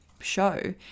Show